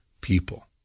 people